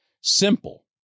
Simple